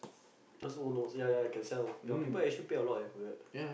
those old notes ya ya can sell there are actually people who pay a lot eh for that